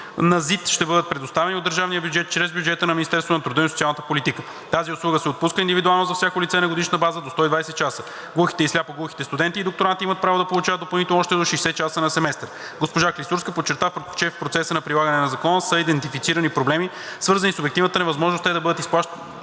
на ЗИД, ще бъдат предоставени от държавния бюджет чрез бюджета на Министерството на труда и социалната политика. Тази услуга се отпуска индивидуално за всяко лице на годишна база до 120 часа. Глухите и сляпо-глухите студенти и докторанти имат право да получат допълнително още до 60 часа на семестър. Госпожа Клисурска подчерта, че в процеса на прилагане на Закона са идентифицирани проблеми, свързани с обективната невъзможност да бъдат изплащани